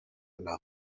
einer